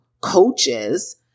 coaches